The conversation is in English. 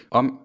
om